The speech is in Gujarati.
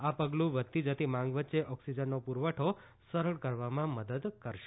આ પગલું વધતી જતી માંગ વચ્ચે ઓક્સિજનનો પુરવઠો સરળ કરવામાં મદદ કરશે